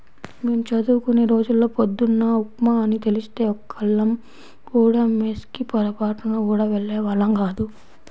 మేం చదువుకునే రోజుల్లో పొద్దున్న ఉప్మా అని తెలిస్తే ఒక్కళ్ళం కూడా మెస్ కి పొరబాటున గూడా వెళ్ళేవాళ్ళం గాదు